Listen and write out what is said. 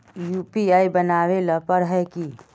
UPI बनावेल पर है की?